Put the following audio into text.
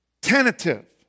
tentative